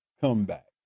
comeback